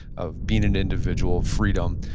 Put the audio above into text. of being an individual, freedom.